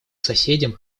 соседям